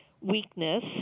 weakness